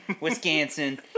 Wisconsin